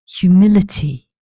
humility